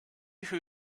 who